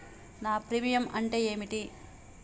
నా ప్రీమియం అంటే ఏమిటి?